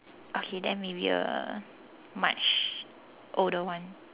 okay then maybe a much older one